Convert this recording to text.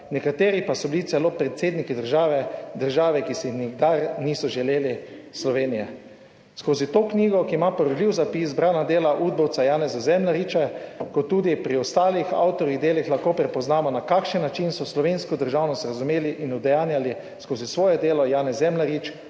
nekateri pa so bili celo predsedniki države, ki si nikdar niso želeli Slovenije. Skozi to knjigo, ki ima preverljiv zapis, Zbrana dela udbovca Janeza Zemljariča, kot tudi pri ostalih avtorjih, delih, lahko prepoznamo na kakšen način so slovensko državnost razumeli in udejanjali skozi svoje delo Janez Zemljarič,